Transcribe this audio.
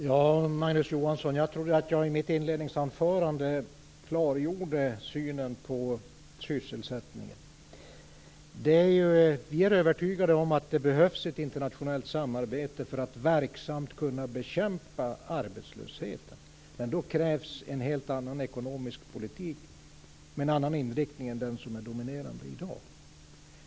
Herr talman! Jag trodde, Magnus Johansson, att jag i mitt inledningsanförande hade klargjort synen på sysselsättningen. Vi är övertygade om att det behövs ett internationellt samarbete för att verksamt kunna bekämpa arbetslösheten. Men då krävs en helt annan ekonomisk politik med en annan inriktning än den som är dominerande i dag.